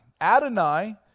Adonai